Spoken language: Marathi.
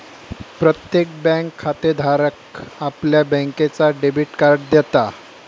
प्रत्येक बँक खातेधाराक आपल्या बँकेचा डेबिट कार्ड देता